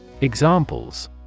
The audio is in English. Examples